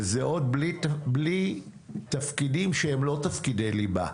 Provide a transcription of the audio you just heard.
וזה עוד בלי תפקידים שהם לא תפקידי ליבה,